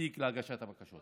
מספיק להגשת הבקשות.